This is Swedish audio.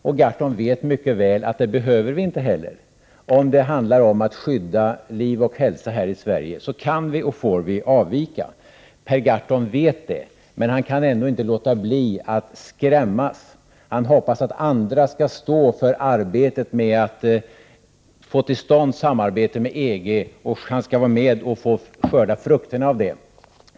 Per Gahrton vet också mycket väl att vi inte heller behöver göra det. Om det handlar om att skydda liv och hälsa här i Sverige kan vi, och får vi, avvika. Det vet Per Gahrton, men han kan ändå inte låta bli att skrämmas. Han hoppas att andra skall stå för arbetet med att få till stånd samarbete med EG, medan han skall vara med och skörda frukterna.